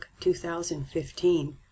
2015